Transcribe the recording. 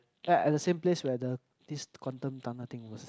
ya at the same place where the this quantum tunnel thing was